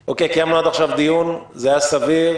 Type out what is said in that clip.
קיימנו עד עכשיו דיון, זה היה סביר.